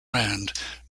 rand